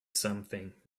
something